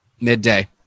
Midday